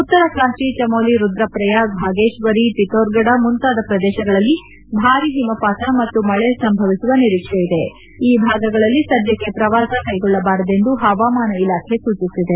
ಉತ್ತರ ಕಾಶಿ ಚಮೋಲಿ ರುದ್ರ ಪ್ರಯಾಗ್ ಭಾಗೇಶ್ವರಿ ಪಿಥೋರ್ಗಢ ಮುಂತಾದ ಪ್ರದೇಶಗಳಲ್ಲಿ ಭಾರಿ ಹಿಮಪಾತ ಮತ್ತು ಮಳೆ ಸಂಭವಿಸುವ ನಿರೀಕ್ಷೆಯಿದೆ ಈ ಭಾಗಗಳಲ್ಲಿ ಸದ್ಯಕ್ಕೆ ಪ್ರವಾಸ ಕೈಗೊಳ್ಳಬಾರದೆಂದು ಪವಾಮಾನ ಇಲಾಖೆ ಸೂಚಿಸಿದೆ